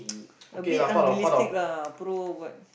a bit unrealistic lah pro what